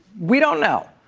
we don't know.